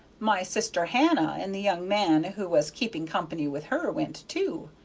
my sister hannah and the young man who was keeping company with her went too.